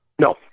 No